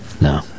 No